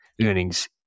Earnings